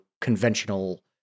conventional